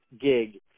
gig